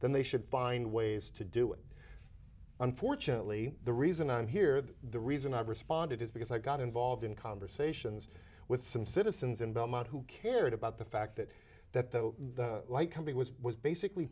then they should find ways to do it unfortunately the reason i'm here the reason i responded is because i got involved in conversations with some citizens in belmont who cared about the fact that that the company was was basically